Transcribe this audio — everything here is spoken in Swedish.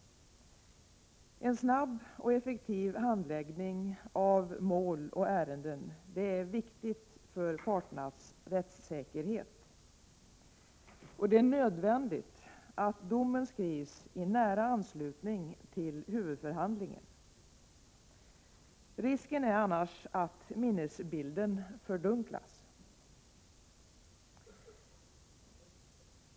En snabb och effektiv handläggning av mål och ärenden är viktiga för parternas rättssäkerhet. Det är nödvändigt att domen skrivs i nära anslutning till huvudförhandlingen. Risken är annars att minnesbilden fördunklas.